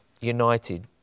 united